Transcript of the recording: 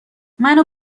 منو